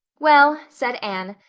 well, said anne,